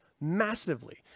massively